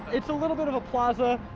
it's a little bit of a plaza.